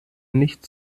nicht